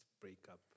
breakup